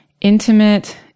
intimate